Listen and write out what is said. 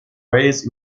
raised